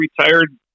retired